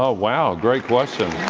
ah wow, great question.